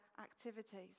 activities